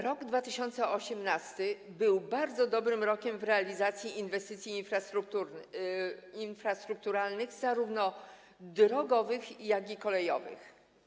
Rok 2018 był bardzo dobrym rokiem w realizacji inwestycji infrastrukturalnych zarówno drogowych, jak i kolejowych.